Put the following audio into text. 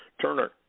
Turner